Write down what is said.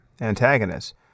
antagonists